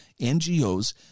NGOs